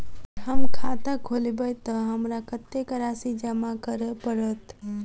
हम खाता खोलेबै तऽ हमरा कत्तेक राशि जमा करऽ पड़त?